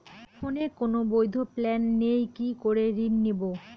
ফোনে কোন বৈধ প্ল্যান নেই কি করে ঋণ নেব?